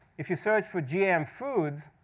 if you search for gm foods,